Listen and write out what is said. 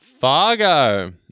Fargo